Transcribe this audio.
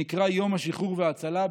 שנקרא "יום השחרור וההצלה",